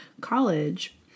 college